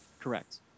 Correct